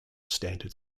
standard